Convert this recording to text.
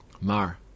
Mar